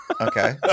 Okay